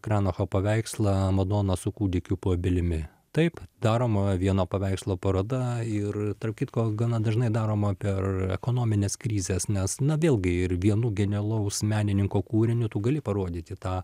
kranacho paveikslą madona su kūdikiu po obelimi taip daroma vieno paveikslo paroda ir tarp kitko gana dažnai daroma per ekonomines krizes nes na vėlgi ir vienų genialaus menininko kūriniu tu gali parodyti tą